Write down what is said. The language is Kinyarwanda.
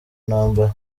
ntambara